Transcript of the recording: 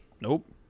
Nope